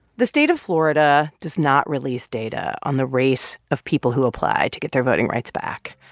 the state of florida does not release data on the race of people who apply to get their voting rights back.